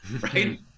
right